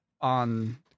on